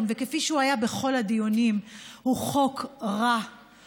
וכפי שהוא היה בכל הדיונים הוא חוק רע,